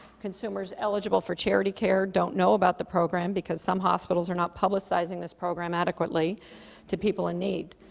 consumers eligible for charity care don't know about the program, because some hospitals are not publicizing this program adequately to people in need.